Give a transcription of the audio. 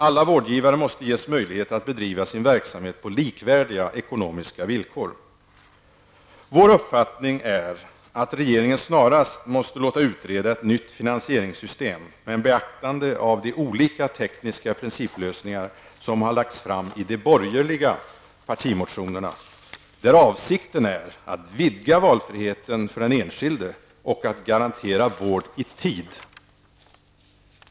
Alla vårdgivare måste ges möjlighet att bedriva sin verksamhet på likvärdiga ekonomiska villkor. Vår uppfattning är att regeringen snarast måste låta utreda ett nytt fanansieringssystem med beaktande av de olika tekniska principlösningar som har lagts fram i de borgerliga partimotionerna, där avsikten är att vidga valfriheten för den enskilde och att garantera vård i tid.